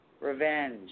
revenge